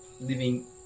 living